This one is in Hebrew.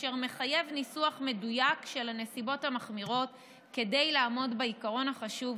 אשר מחייב ניסוח מדויק של הנסיבות המחמירות כדי לעמוד בעיקרון החשוב,